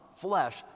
flesh